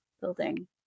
building